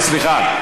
זה יותר מעשר דקות.